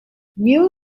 new